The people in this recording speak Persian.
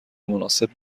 مناسب